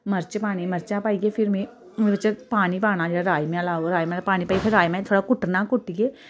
मर्च पानी मर्चां पाइयै फिर में ओह्दे च पानी पाना जेह्का राजमां आह्ला होग राजमां आह्ला पानी पाइयै फिर राजमां गी थोह्ड़ा कुट्टना कुट्टियै